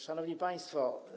Szanowni Państwo!